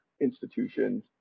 institutions